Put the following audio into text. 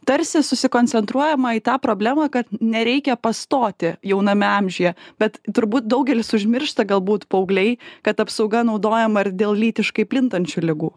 tarsi susikoncentruojama į tą problemą kad nereikia pastoti jauname amžiuje bet turbūt daugelis užmiršta galbūt paaugliai kad apsauga naudojama ir dėl lytiškai plintančių ligų